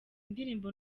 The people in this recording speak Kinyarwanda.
indirimbo